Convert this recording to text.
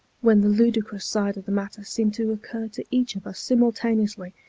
when the ludicrous side of the matter seemed to occur to each of us simultaneously,